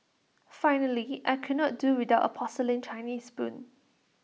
finally I could not do without A porcelain Chinese spoon